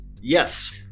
Yes